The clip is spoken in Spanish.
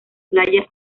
playa